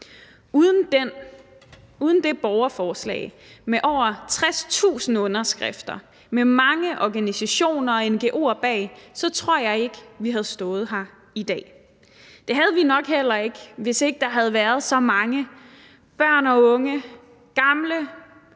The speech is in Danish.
Uden det borgerforslag med over 60.000 underskrifter, med mange organisationer og ngo'er bag, tror jeg ikke vi havde stået her i dag. Det havde vi nok heller ikke, hvis ikke der havde været så mange – børn og unge og gamle,